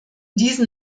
diesen